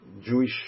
Jewish